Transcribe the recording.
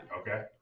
Okay